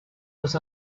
was